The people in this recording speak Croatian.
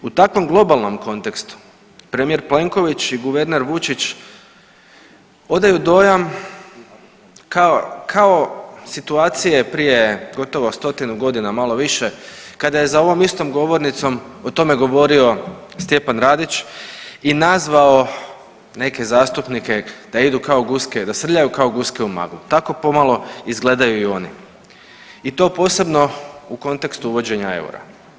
U takvom globalnom kontekstu, premijer Plenković i guverner Vučić odaju dojam kao situacije prije gotovo stotinu godina, malo više, kada je za ovom istom govornicom o tome govorio Stjepan Radić i nazvao neke zastupnike da idu kao guske da srljaju kao guske u maglu, tako pomalo izgledaju i oni i to posebno u kontekstu uvođenja eura.